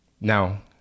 Now